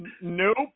Nope